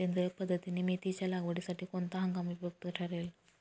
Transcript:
सेंद्रिय पद्धतीने मेथीच्या लागवडीसाठी कोणता हंगाम उपयुक्त ठरेल?